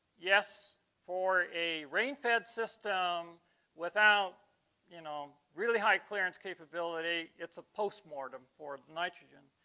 yes for a rain-fed system without you know really high clearance capability it's a post-mortem for the nitrogen,